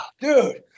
dude